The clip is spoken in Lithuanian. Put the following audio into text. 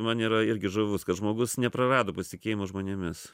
man yra irgi žuvus kad žmogus neprarado pasitikėjimo žmonėmis